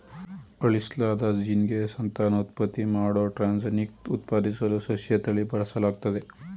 ಅಳಿಸ್ಲಾದ ಜೀನ್ಗೆ ಸಂತಾನೋತ್ಪತ್ತಿ ಮಾಡೋ ಟ್ರಾನ್ಸ್ಜೆನಿಕ್ ಉತ್ಪಾದಿಸಲು ಸಸ್ಯತಳಿನ ಬಳಸಲಾಗ್ತದೆ